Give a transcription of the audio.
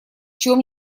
чем